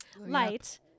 Light